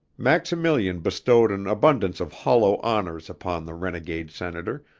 maximilian bestowed an abundance of hollow honors upon the renegade senator,